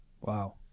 Wow